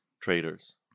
traders